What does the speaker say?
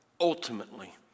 ultimately